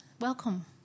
welcome